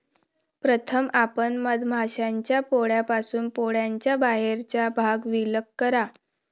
प्रथम आपण मधमाश्यांच्या पोळ्यापासून पोळ्याचा बाहेरचा भाग विलग करा